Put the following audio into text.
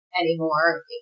anymore